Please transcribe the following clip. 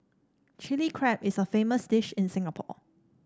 Chilli Crab is a famous dish in Singapore